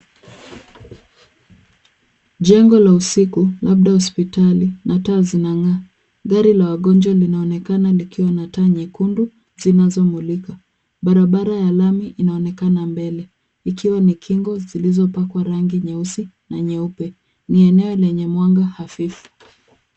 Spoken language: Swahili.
Jengo la usiku, labda hospitali, na taa zinang'aa. Gari la wagonjwa linaonekana likiwa na taa nyekundu zinazomulika. Barabara ya lami inaonekana mbele ikiwa na kingo zilizopakwa rangi nyeusi na nyeupe. Ni eneo lenye mwanga hafifu.